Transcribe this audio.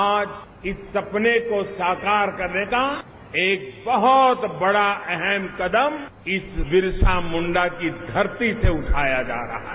आज इस सपने को साकार करने का एक बहुत बड़ा अहम कदम इस बिरसामुंडा की धरती से उठाया जा रहा है